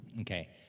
Okay